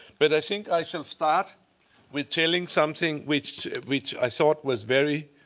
but i think i shall start with telling something which which i thought was very,